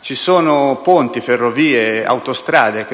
ci sono ponti, ferrovie e autostrade